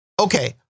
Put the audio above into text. Okay